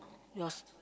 yours